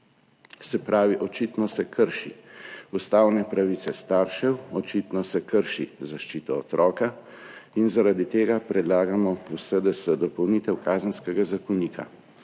se pravi, očitno se krši ustavne pravice staršev, očitno se krši zaščita otroka. Zaradi tega predlagamo v SDS dopolnitev Kazenskega zakonika,